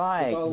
Right